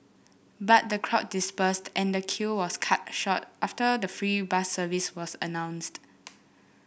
but the crowd dispersed and the queue was cut short after the free bus service was announced